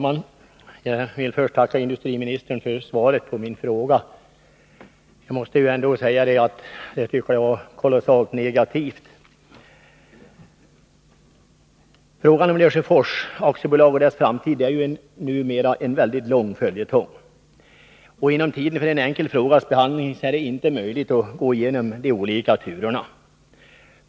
Herr talman! Jag vill först tacka industriministern för svaret på min fråga. Jag måste ändå säga att jag tycker det var kolossalt negativt. Frågan om Lesjöfors AB:s framtid har blivit en lång följetong, och inom ramen för en enkel frågas behandling är det inte möjligt att gå igenom de olika turerna.